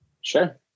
Sure